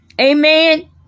amen